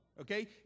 Okay